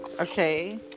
Okay